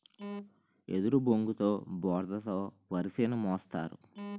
ఎదురుబొంగుతో బోడ తో వరిసేను మోస్తారు